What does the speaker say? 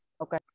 Okay